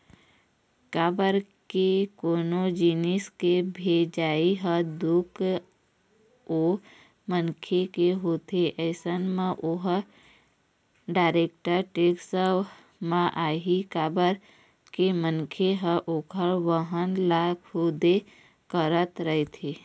काबर के कोनो जिनिस के भेजई ह खुद ओ मनखे के होथे अइसन म ओहा डायरेक्ट टेक्स म आही काबर के मनखे ह ओखर वहन ल खुदे करत रहिथे